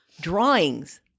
drawings